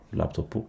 laptop